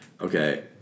Okay